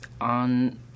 on